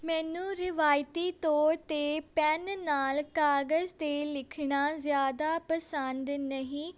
ਮੈਨੂੰ ਰਿਵਾਇਤੀ ਤੌਰ 'ਤੇ ਪੈੱਨ ਨਾਲ ਕਾਗਜ਼ 'ਤੇ ਲਿਖਣਾ ਜ਼ਿਆਦਾ ਪਸੰਦ ਨਹੀਂ